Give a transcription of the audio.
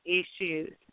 issues